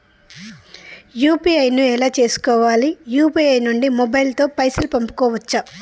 UPI ను ఎలా చేస్కోవాలి యూ.పీ.ఐ నుండి మొబైల్ తో పైసల్ పంపుకోవచ్చా?